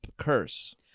curse